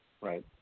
Right